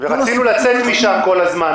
ורצינו לצאת משם כל הזמן.